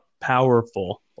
Powerful